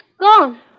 gone